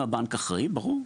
אם הבנק אחראי ברור.